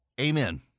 Amen